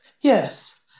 Yes